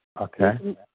okay